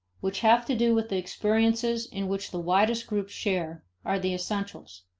which have to do with the experiences in which the widest groups share, are the essentials.